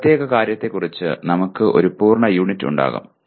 ഈ പ്രത്യേക കാര്യത്തെക്കുറിച്ച് നമുക്ക് ഒരു പൂർണ്ണ യൂണിറ്റ് ഉണ്ടാകും